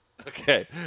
Okay